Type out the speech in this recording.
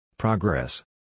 Progress